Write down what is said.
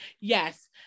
Yes